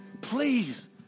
Please